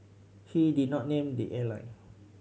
he did not name the airline